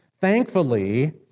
Thankfully